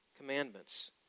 Commandments